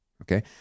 okay